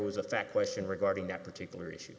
was a fact question regarding that particular issue